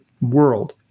world